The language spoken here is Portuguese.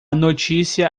notícia